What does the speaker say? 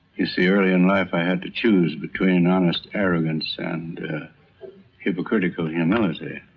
you see, early in life i had to choose between honest arrogance and hypocritical humility.